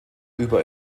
über